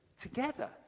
together